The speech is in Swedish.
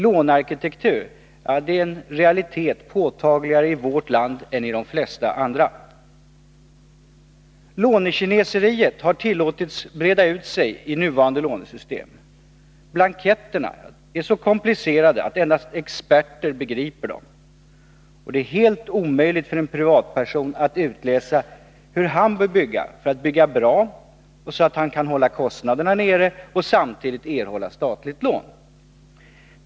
Lånearkitektur är en realitet, påtagligare i vårt land än i de flesta andra. Lånekineseriet har tillåtits breda ut sig i nuvarande lånesystem. Blanketterna är så komplicerade att endast experter begriper dem. Det är helt omöjligt för en privatperson att utläsa hur han bör bygga för att bygga bra och så att han kan hålla kostnaderna nere och samtidigt erhålla statligt lån.